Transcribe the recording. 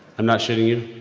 i'm not shitting you.